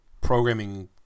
programming